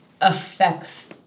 affects